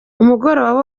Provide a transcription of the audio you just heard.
umugoroba